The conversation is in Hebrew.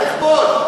תכבוש.